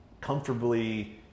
comfortably